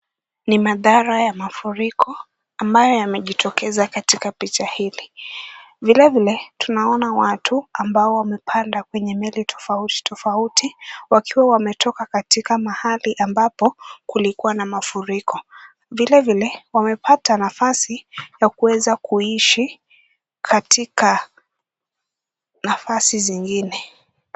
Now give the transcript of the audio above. Ni madhara ya mafuriko ambayo yamejitokeza katika picha hili. Vilevile tunaona watu ambao wamepanda kwenye meli tofauti tofauti wakiwa wametoka katika mahali ambapo kulikuwa na mafuriko. Vilevile wamepata nafasi ya kuweza kuishi katika nafasi zingine.